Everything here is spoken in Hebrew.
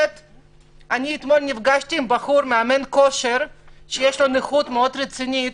אתמול נפגשתי עם מאמן כושר שיש לו נכות מאוד רצינית